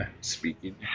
speaking